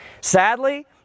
sadly